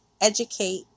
educate